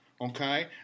Okay